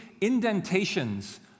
indentations